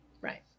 Right